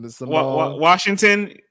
Washington